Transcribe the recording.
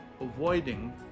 avoiding